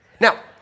Now